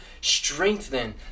strengthen